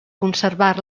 conservar